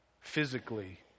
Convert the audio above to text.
Physically